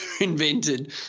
invented